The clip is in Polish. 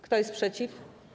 Kto jest przeciw?